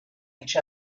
each